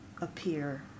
appear